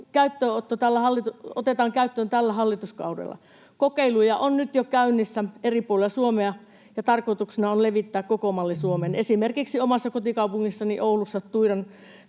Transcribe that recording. otetaan käyttöön tällä hallituskaudella. Kokeiluja on nyt jo käynnissä eri puolilla Suomea, ja tarkoituksena on levittää koko malli Suomeen. Esimerkiksi omassa kotikaupungissani Oulussa Tuiran